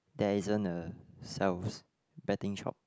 there isn't a sells betting shop